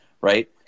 right